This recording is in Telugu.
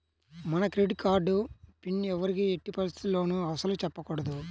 మన క్రెడిట్ కార్డు పిన్ ఎవ్వరికీ ఎట్టి పరిస్థితుల్లోనూ అస్సలు చెప్పకూడదు